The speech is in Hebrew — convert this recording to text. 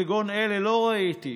כגון אלה לא ראיתי.